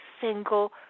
single